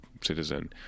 citizen